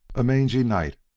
a mangy night,